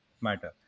matter